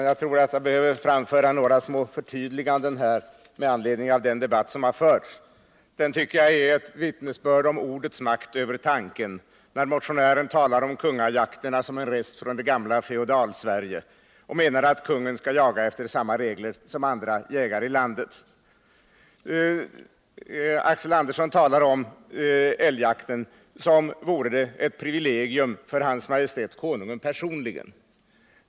Fru talman! Jag tror att det med anledning av den förda debatten behöver göras några förtydliganden. Jag tycker att det är ett vittnesbörd om ordets makt över tanken när motionären talar om kungajakterna som en rest från det gamla Feodalsverige och menar att kungen skall jaga efter samma regler som andra jägare i landet. Axel Andersson talar om de här älgjakterna som om de vore ett privilegium för Hans Majestät Konungen personligen.